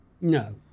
No